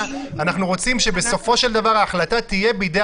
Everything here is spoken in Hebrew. אנחנו רוצים שבסופו של דבר ההחלטה תהיה בידי